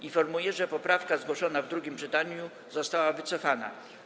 Informuję, że poprawka zgłoszona w drugim czytaniu została wycofana.